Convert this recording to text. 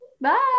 Bye